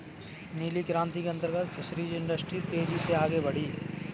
नीली क्रांति के अंतर्गत फिशरीज इंडस्ट्री तेजी से आगे बढ़ी